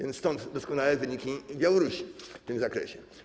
I stąd doskonałe wyniki Białorusi w tym zakresie.